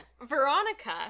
veronica